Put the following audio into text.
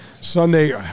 Sunday